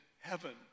heaven